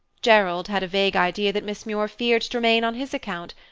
gerald had a vague idea that miss muir feared to remain on his account,